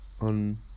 on